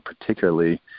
particularly